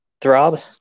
Throb